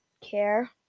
care